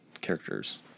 characters